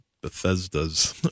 Bethesda's